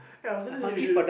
ya I was thinking you should